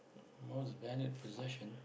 most valued possession